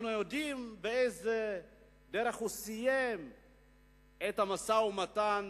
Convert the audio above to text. אנחנו יודעים באיזו דרך הוא סיים את המשא-ומתן